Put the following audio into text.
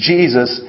Jesus